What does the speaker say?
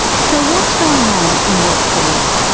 so what's going on in north korea,